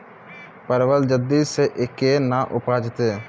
परवल जल्दी से के ना उपजाते?